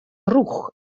rûch